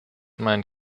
mein